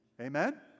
Amen